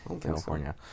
California